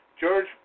George